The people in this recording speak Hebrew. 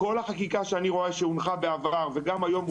שאני רואה שכל החקיקה שהונחה בעברה ושמונחת היום,